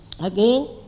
again